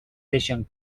deixen